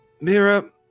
Mira